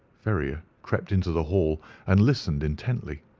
ferrier crept into the hall and listened intently.